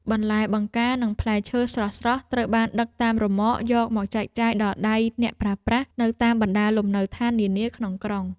បន្លែបង្ការនិងផ្លែឈើស្រស់ៗត្រូវបានដឹកតាមរ៉ឺម៉កយកមកចែកចាយដល់ដៃអ្នកប្រើប្រាស់នៅតាមបណ្ដាលំនៅឋាននានាក្នុងក្រុង។